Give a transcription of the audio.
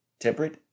temperate